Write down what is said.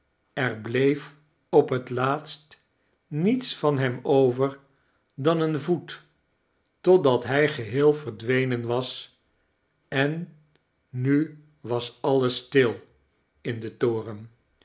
er bleef op het laatst niets van hem over dan een voet totdat hij geheel verdwenen was en nu was alles stil in den toren